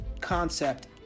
concept